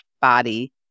body